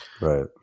right